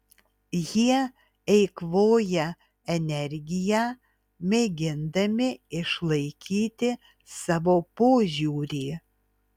jie eikvoja energiją mėgindami išlaikyti savo požiūrį